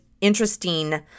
interesting